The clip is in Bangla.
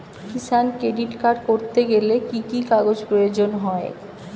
কিষান ক্রেডিট কার্ড করতে গেলে কি কি কাগজ প্রয়োজন হয়?